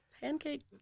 pancake